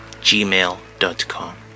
gmail.com